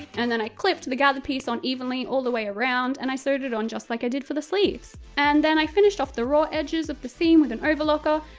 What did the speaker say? and then i clipped the gathered piece on evenly all the way around, and sewed it on just like i did for the sleeves. and then i finished off the raw edges of the seam with an overlocker,